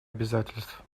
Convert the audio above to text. обязательств